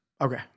Okay